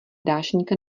dášeňka